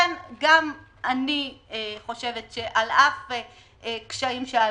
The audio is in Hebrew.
גם אני חושבת שעל אף קשיים שעלו,